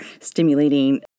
stimulating